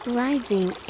rising